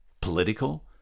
political